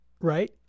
Right